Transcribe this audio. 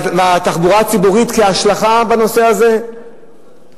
והתחבורה הציבורית, כהשלכה של הנושא הזה,